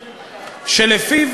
שלפיו,